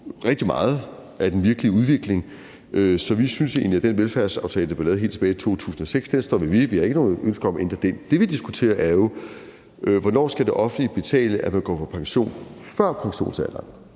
rigtig meget af den virkelige udvikling. Så vi synes egentlig, at den velfærdsaftale, der blev lavet helt tilbage i 2006, var god, så den står vi ved. Vi har ikke noget ønske om at ændre den. Det, vi diskuterer, er jo, hvornår det offentlige skal betale for, at man går på pension før pensionsalderen.